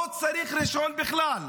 לא צריך רישיון בכלל.